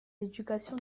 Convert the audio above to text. l’éducation